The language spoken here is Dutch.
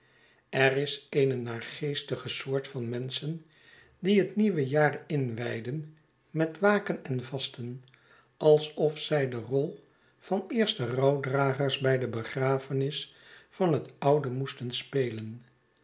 er is eene naargeestige soort van menschen die het nieuwe jaar inwijden met waken en vasten alsof zij de rol van eerste rouwdragers bij de begrafenis van het oude moesten spelen